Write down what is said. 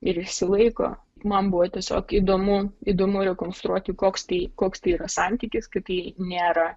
ir išsilaiko man buvo tiesiog įdomu įdomu rekonstruoti koks tai koks tai yra santykis kad jai nėra